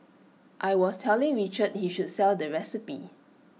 I was telling Richard he should sell the recipe